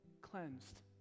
cleansed